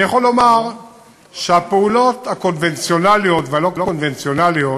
אני יכול לומר שהפעולות הקונבנציונליות והלא-קונבנציונליות